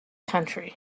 country